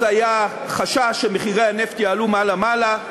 אז היה חשש שמחירי הנפט יעלו מעלה-מעלה,